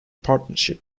partnership